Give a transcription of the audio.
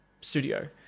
studio